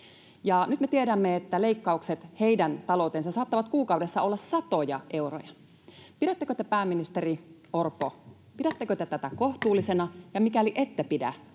nyt me tiedämme, että leikkaukset heidän talouteensa saattavat kuukaudessa olla satoja euroja. Pidättekö te, pääministeri Orpo, tätä kohtuullisena? Ja mikäli ette pidä,